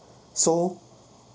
so